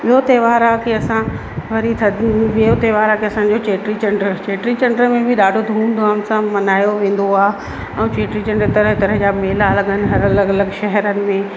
ॿियो त्योहार आहे की असां वरी थद ॿियो त्योहारु आहे असांजो चेटी चंड चेटी चंड में बि ॾाढो धूम धाम सां मल्हायो वेंदो आहे ऐं चेटी चंड तरह तरह जा मेला लॻन हर अलॻि अलॻि शहरनि में